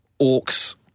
orcs